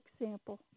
example